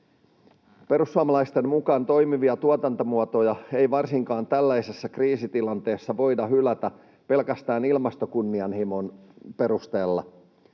Perussuomalaisten mukaan toimivia tuotantomuotoja ei varsinkaan tällaisessa kriisitilanteessa voida hylätä pelkästään ilmastokunnianhimon perusteella.